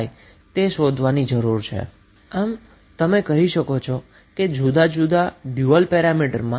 તેથી આપણે શુ કહી શકીએ છીએ કે જુદાં જુદાં ડયુઅલ પેરામીટર શુ છે